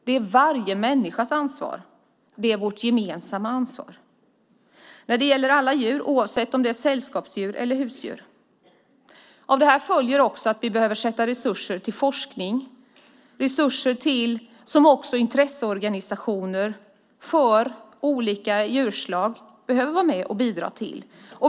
Det är varje människas ansvar och vårt gemensamma ansvar. Det gäller alla djur oavsett om det är sällskapsdjur eller husdjur. Av detta följer att vi behöver avsätta resurser för forskning som också intresseorganisationer för olika djurslag behöver vara med och bidra till.